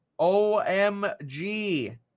OMG